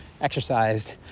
Exercised